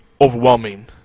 overwhelming